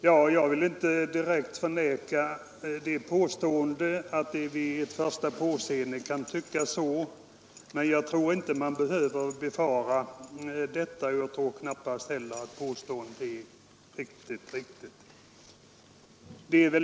Ja, jag vill inte direkt förneka att det kan tyckas så vid ett första påseende, men jag tror inte att man behöver befara detta, och inte heller tror jag att påståendet är helt riktigt.